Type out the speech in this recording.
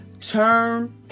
turn